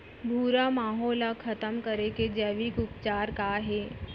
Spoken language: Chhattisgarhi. भूरा माहो ला खतम करे के जैविक उपचार का हे?